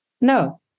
No